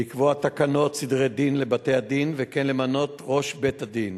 לקבוע תקנות סדרי דין לבתי-הדין וכן למנות ראש בית-דין